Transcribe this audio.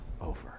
over